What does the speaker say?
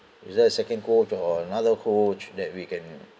is that the second coach or another coach that we can